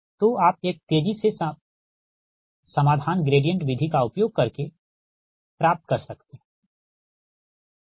तो आप एक तेजी से हल ग्रेडिएंट विधि का उपयोग करके प्राप्त कर सकते है ठीक है